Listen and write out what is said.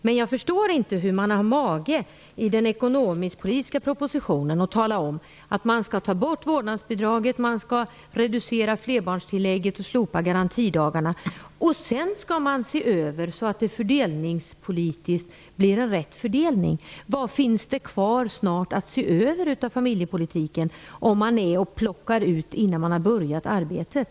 Men jag förstår inte hur man har mage att i den ekonomisk-politiska propositionen tala om att man skall ta bort vårdnadsbidraget, reducera flerbarnstillägget och slopa garantidagarna. Sedan skall man göra en översyn så att det fördelningspolitiskt blir en rätt fördelning. Vad finns det kvar av familjepolitiken att se över, om man plockar bort stöd innan man har börjat arbetet?